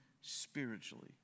spiritually